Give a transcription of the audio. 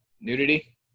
Nudity